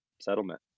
settlement